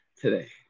today